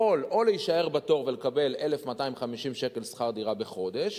יכול או להישאר בתור ולקבל 1,250 שקל שכר דירה בחודש,